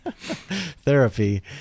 therapy